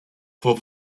for